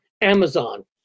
Amazon